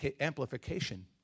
amplification